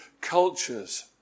cultures